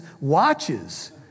watches